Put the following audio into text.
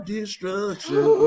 Destruction